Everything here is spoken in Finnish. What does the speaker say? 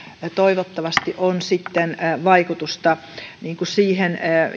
toivottavasti on sitten vaikutusta siihen